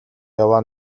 яваа